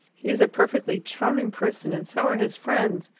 he's a perfectly charming person, and so are his friends.